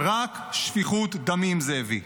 רק שפיכות דמים זה הביא.